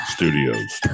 Studios